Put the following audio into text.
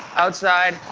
outside,